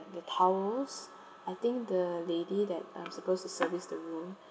the towels I think the lady that um supposed to service the room